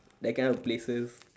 that kind of places